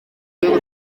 rwego